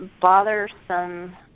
bothersome